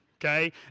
okay